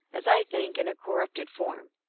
as i think, in a cor rupted form.